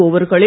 ஓவர்களில்